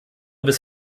bis